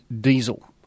Diesel